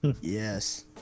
Yes